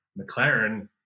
McLaren